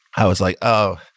i was like, oh,